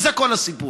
וזה כל הסיפור.